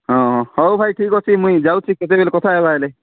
ହଁ ହଁ ହଉ ଭାଇ ଠିକ୍ ଅଛି ମୁଁଇ ଯାଉଛି କେବେ ହେଲେ କଥା ହେବା ହେଲେ